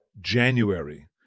January